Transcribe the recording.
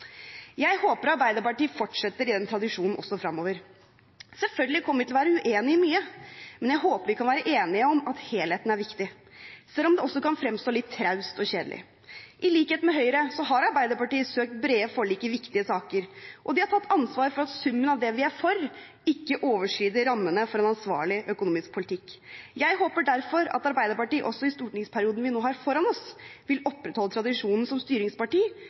Jeg håper Arbeiderpartiet fortsetter i den tradisjonen også fremover. Selvfølgelig kommer vi til å være uenig i mye, men jeg håper vi kan være enige om at helheten er viktig, selv om det også kan fremstå litt traust og kjedelig. I likhet med Høyre har Arbeiderpartiet søkt brede forlik i viktige saker, og de har tatt ansvar for at summen av det de er for, ikke overskrider rammene for en ansvarlig økonomisk politikk. Jeg håper derfor at Arbeiderpartiet også i stortingsperioden vi nå har foran oss, vil opprettholde tradisjonen som styringsparti